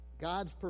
God's